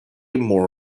more